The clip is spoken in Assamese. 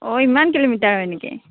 অঁ ইমান কিলোমিটাৰ হয় নেকি